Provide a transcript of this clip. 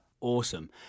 Awesome